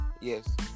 Yes